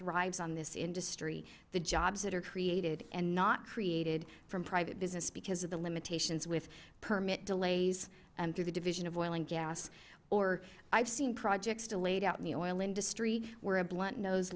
thrives on this industry the jobs that are created and not created from private business because of the limitations with permit delays through the division of oil and gas or i've seen projects delayed out in the oil industry where a blunt